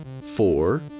four